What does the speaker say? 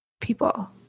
people